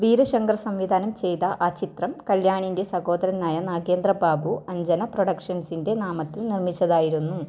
വീര ശങ്കർ സംവിധാനം ചെയ്ത ആ ചിത്രം കല്യാണിൻ്റെ സഹോദരനായ നാഗേന്ദ്ര ബാബു അഞ്ജന പ്രൊഡക്ഷൻസിൻ്റെ നാമത്തിൽ നിർമ്മിച്ചതായിരുന്നു